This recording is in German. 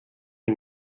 mit